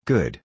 Good